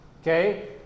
Okay